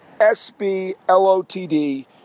S-B-L-O-T-D